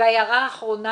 הערה אחרונה